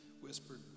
whispered